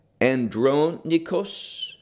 andronikos